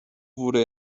wurde